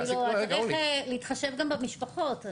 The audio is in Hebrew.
צריך להתחשב גם במשפחות.